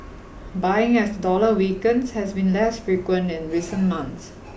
buying as the dollar weakens has been less frequent in recent months